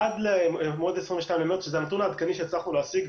עד ל-22 במרץ שזה הנתון העדכני שהצלחנו להשיג,